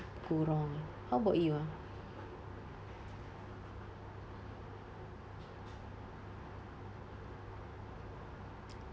go wrong ah how about you ah